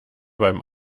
beim